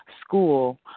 school